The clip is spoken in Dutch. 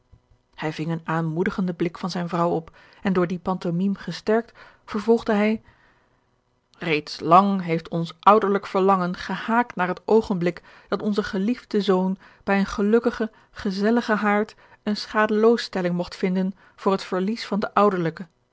hij ving een aanmoedigenden blik van zijne vrouw op en door die pantomime gesterkt vervolgde hij reeds lang heeft ons ouderlijk verlangen gehaakt naar het oogenblik dat onze geliefde zoon bij een gelukkigen gezelligen haard eene schadeloosstelling mogt vinden voor het verlies van den ouderlijken